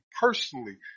personally